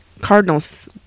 Cardinals